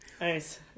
Nice